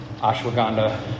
ashwagandha